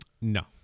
No